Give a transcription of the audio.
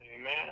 Amen